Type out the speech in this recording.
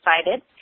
excited